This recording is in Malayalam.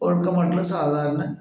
ഒഴുക്ക മട്ടില് സാധാരണ